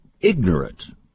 ignorant